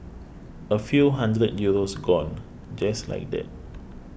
a few hundred Euros gone just like that